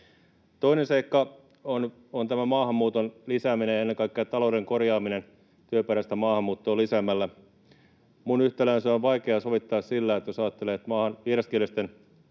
Toinen seikka on tämä maahanmuuton lisääminen ja ennen kaikkea talouden korjaaminen työperäistä maahanmuuttoa lisäämällä. Minun yhtälööni se on vaikea sovittaa, jos ajattelee, että maan vieraskielisten